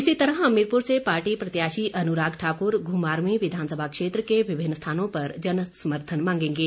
इसी तरह हमीरपुर से पार्टी प्रत्याशी अनुराग ठाकुर घुमारवीं विधानसभा क्षेत्र के विभिन्न स्थानों पर जनसमर्थन मांगेंगे